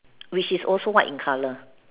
which is also white in colour